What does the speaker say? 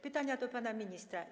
Pytania do pana ministra.